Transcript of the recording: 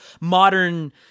modern